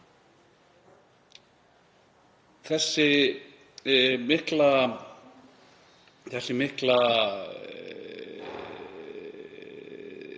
Þessi mikla